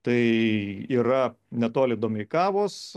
tai yra netoli domeikavos